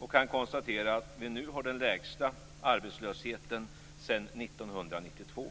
Jag kan konstatera att vi nu har den lägsta arbetslösheten sedan 1992.